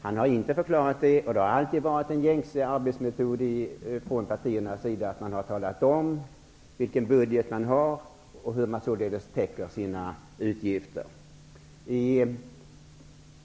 Han har inte förklarat det, men det har alltid varit en gängse arbetsmetod från partiernas sida att man har talat om vilken budget som man har och hur man således skall täcka sina utgifter.